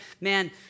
man